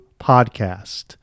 podcast